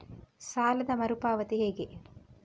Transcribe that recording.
ಸಾಲದ ಮರು ಪಾವತಿ ಹೇಗೆ?